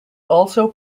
also